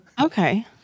Okay